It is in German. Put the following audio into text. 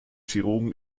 chirurgen